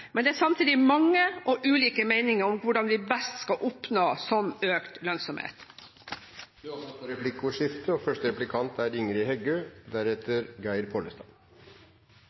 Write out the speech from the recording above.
men det er samtidig mange og ulike meninger om hvordan vi best skal oppnå en sånn økt lønnsomhet. Det åpnes for replikkordskifte.